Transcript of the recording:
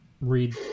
read